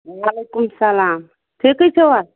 وعلیکُم سَلام ٹھیٖکٕے چھِوا